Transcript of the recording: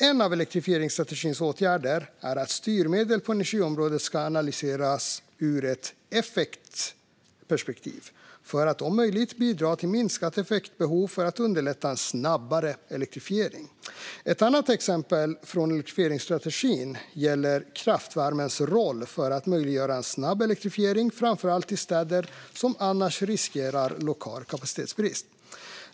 En av elektrifieringsstrategins åtgärder är att styrmedel på energiområdet ska analyseras ur ett effektperspektiv för att om möjligt bidra till minskat effektbehov för att underlätta en snabbare elektrifiering. Ett annat exempel från elektrifieringsstrategin gäller kraftvärmens roll för att möjliggöra en snabb elektrifiering, framför allt i städer som annars riskerar lokal kapacitetsbrist.